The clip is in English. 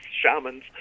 shamans